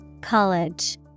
College